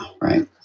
right